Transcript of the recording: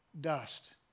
dust